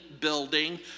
building